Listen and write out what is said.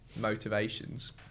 motivations